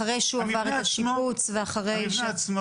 אחרי שהוא עבר את השיפוץ ואחרי --- המבנה עצמו